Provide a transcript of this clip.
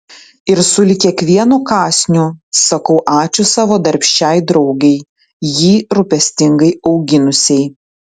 ir sulig kiekvienu kąsniu sakau ačiū savo darbščiai draugei jį rūpestingai auginusiai